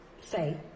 say